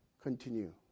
continue